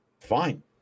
fine